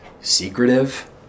secretive